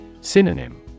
Synonym